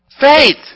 Faith